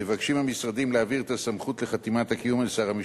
מבקשים המשרדים להעביר את הסמכות לחתימת הקיום אל שר המשפטים.